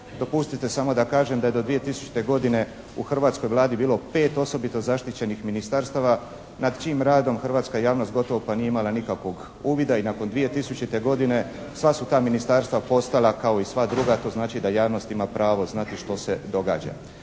Dopustite da samo kažem da je do 2000. godine u hrvatskoj Vladi bilo 5 osobito zaštićenih ministarstava nad čijim radom hrvatska javnost gotovo pa nije imala nikakvog uvida. I nakon 2000. godine sva su ta ministarstva postala kao i sva druga, to znači da javnost ima pravo znati što se događa.